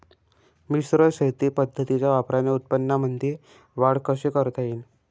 मिश्र शेती पद्धतीच्या वापराने उत्पन्नामंदी वाढ कशी करता येईन?